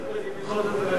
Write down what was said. אני מתלבט אם בכל זאת לדחות,